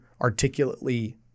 articulately